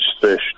fish